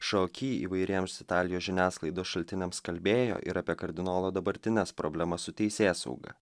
šoaki įvairiems italijos žiniasklaidos šaltiniams kalbėjo ir apie kardinolo dabartines problemas su teisėsauga